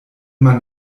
man